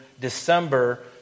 December